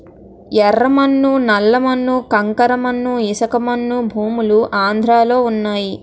యెర్ర మన్ను నల్ల మన్ను కంకర మన్ను ఇసకమన్ను భూములు ఆంధ్రలో వున్నయి